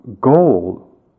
goal